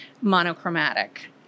monochromatic